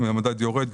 ואם המדד יורד,